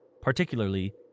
particularly